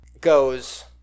goes